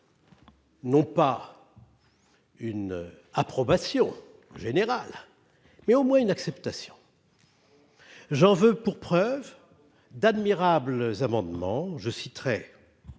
Non pas. Une approbation générale. Mais au moins une acceptation. J'en veux pour preuve d'admirables amendements je citerai.